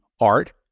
art